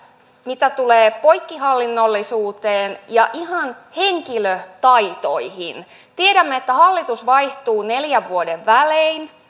mitä tulee poikkihallinnollisuuteen ja ihan henkilötaitoihin tiedämme että hallitus vaihtuu neljän vuoden välein